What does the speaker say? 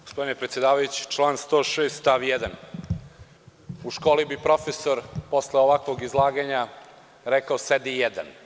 Gospodine predsedavajući, član 106. stav 1, u školi bi profesor posle ovakvog izlaganja rekao – sedi, jedan.